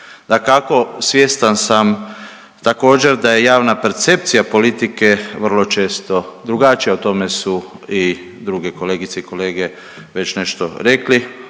Dakako, svjestan sam također, da je javna percepcija politike vrlo često drugačija. O tome su i druge kolegice i kolege već nešto rekli,